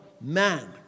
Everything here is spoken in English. man